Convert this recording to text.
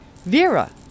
Vera